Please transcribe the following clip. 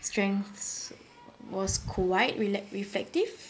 strengths was quite reflective